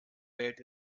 welt